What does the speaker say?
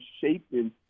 shaping